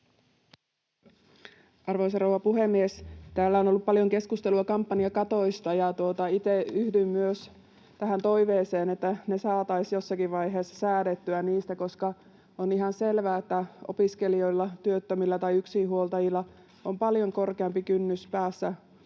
Arvoisa rouva puhemies! Täällä on ollut paljon keskustelua kampanjakatoista. Ja itse yhdyn myös tähän toiveeseen, että me saataisiin jossakin vaiheessa säädettyä niistä, koska on ihan selvää, että opiskelijoilla, työttömillä tai yksinhuoltajilla on paljon korkeampi kynnys päästä